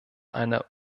eine